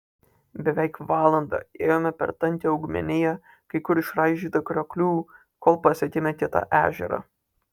beveik valandą ėjome per tankią augmeniją kai kur išraižytą krioklių kol pasiekėme kitą ežerą